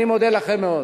אני מודה לכם מאוד.